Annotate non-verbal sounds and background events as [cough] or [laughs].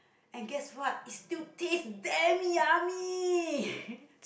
and guess what is still taste damn yummy [laughs]